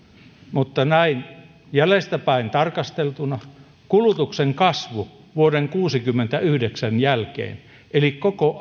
mutta näin jäljestäpäin tarkasteltuna kulutuksen kasvu vuoden kuusikymmentäyhdeksän jälkeen eli koko